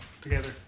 together